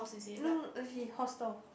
no eh he hostel